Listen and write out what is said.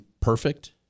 perfect